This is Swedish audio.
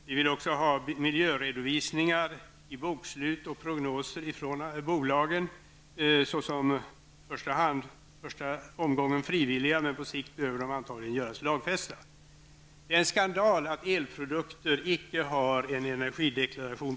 Vi vill också ha miljöredovisningar i bokslut och prognoser från bolagen. I första omgången kan de vara frivilliga, men på sikt behöver de antagligen göras lagfästa. Det är en skandal att elprodukter icke är försedda med energideklaration.